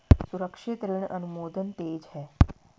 सुरक्षित ऋण अनुमोदन तेज है